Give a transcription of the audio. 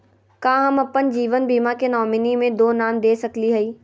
का हम अप्पन जीवन बीमा के नॉमिनी में दो नाम दे सकली हई?